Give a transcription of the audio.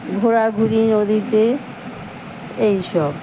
ঘোরাঘুরি নদীতে এইসব